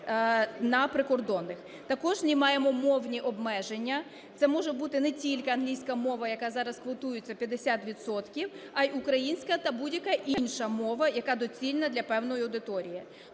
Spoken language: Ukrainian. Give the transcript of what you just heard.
Також знімаємо мовні обмеження. Це може бути не тільки англійська мова, яка зараз квотується 50 відсотків, а і українська та будь-яка інша мова, яка доцільна для певної аудиторії.